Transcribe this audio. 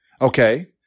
Okay